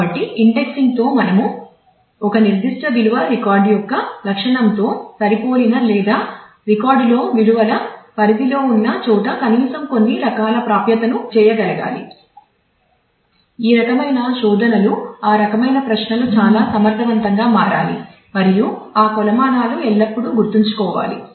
కాబట్టి ఇండెక్సింగ్తో మనం ఒక నిర్దిష్ట విలువ రికార్డు యొక్క లక్షణంతో సరిపోలిన లేదా రికార్డులో విలువల పరిధిలో ఉన్న చోట కనీసం కొన్ని రకాల ప్రాప్యతలను చేయగలగాలి ఆ రకమైన శోధనలు ఆ రకమైన ప్రశ్నలు చాలా సమర్థవంతంగా మారాలి మరియు ఈ కొలమానాలు ఎల్లప్పుడూ గుర్తుంచుకోవాలి